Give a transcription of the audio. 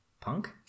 punk